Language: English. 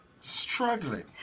struggling